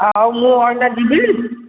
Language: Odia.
ହଁ ହଉ ମୁଁ ଅଇନା ଯିବି